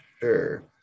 sure